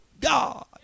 God